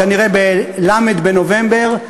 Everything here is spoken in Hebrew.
כנראה בל' בנובמבר,